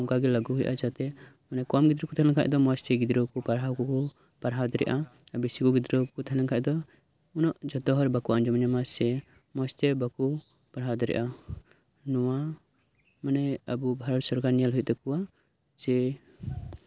ᱵᱷᱟᱨᱚᱛ ᱫᱤᱥᱚᱢᱨᱮ ᱚᱱᱠᱟᱜᱮ ᱞᱟᱹᱜᱩ ᱦᱳᱭᱳᱜᱼᱟ ᱢᱟᱱᱮ ᱠᱚᱢ ᱜᱤᱫᱽᱨᱟᱹ ᱠᱚ ᱛᱟᱦᱮᱸ ᱞᱮᱱᱠᱷᱟᱱ ᱜᱤᱫᱽᱨᱟᱹ ᱠᱚ ᱢᱚᱸᱡᱽ ᱛᱮᱠᱚ ᱯᱟᱲᱦᱟᱣ ᱫᱟᱲᱮᱭᱟᱜᱼᱟ ᱵᱤᱥᱤᱧᱚᱜ ᱜᱤᱫᱽᱨᱟᱹ ᱠᱚ ᱛᱟᱦᱮᱸ ᱞᱮᱱᱠᱷᱟᱱ ᱫᱚ ᱩᱱᱟᱹᱜ ᱡᱷᱚᱛᱚ ᱦᱚᱲ ᱵᱟᱠᱚ ᱟᱸᱡᱚᱢ ᱧᱟᱢᱟ ᱥᱮ ᱢᱚᱸᱡᱽᱛᱮ ᱵᱟᱠᱚ ᱯᱟᱲᱦᱟᱣ ᱫᱟᱲᱮᱭᱟᱜᱼᱟ ᱱᱚᱶᱟ ᱢᱟᱱ ᱟᱵᱚ ᱵᱷᱟᱨᱚᱛ ᱥᱚᱨᱠᱟᱨ ᱧᱮᱞ ᱦᱳᱭᱳᱜ ᱛᱟᱠᱚᱣᱟ ᱥᱮ